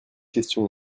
question